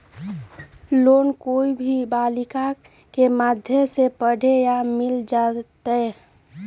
Loan कोई भी बालिका के माध्यम से पढे ला मिल जायत?